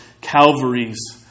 Calvary's